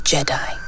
Jedi